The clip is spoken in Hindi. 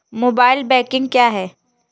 मोबाइल बैंकिंग क्या है?